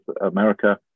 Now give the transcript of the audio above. America